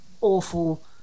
awful